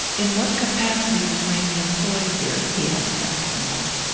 in what capacity was ramy employed here? he asked after a moment.